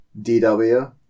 DW